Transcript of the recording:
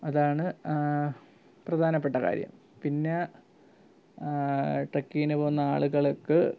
അതാണ് പ്രധാനപ്പെട്ട കാര്യം പിന്നെ ട്രക്കിങ്ങിന് പോകുന്ന ആളുകൾക്ക്